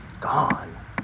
gone